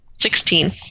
Sixteen